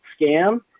scam